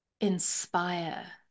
inspire